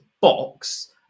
box